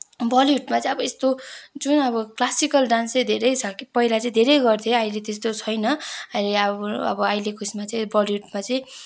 बलिउडमा चाहिँ अब यस्तो जुन अब क्लासिकल डान्स चाहिँ धेरै छ के पहिला चाहिँ धेरै गर्थे अहिले त्यस्तो छैन अहिले अब अब अहिलेको उसमा चाहिँ बलिउडमा चाहिँ